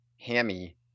hammy